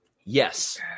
Yes